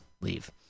leave